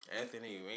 Anthony